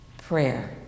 prayer